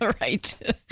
right